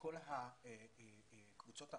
כל הקבוצות האחרות,